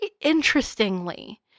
interestingly